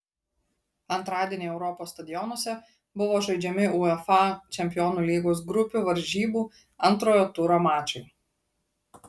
antradienį europos stadionuose buvo žaidžiami uefa čempionų lygos grupių varžybų antrojo turo mačai